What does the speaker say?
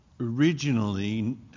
originally